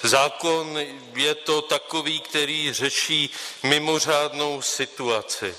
Zákon je to takový, který řeší mimořádnou situaci.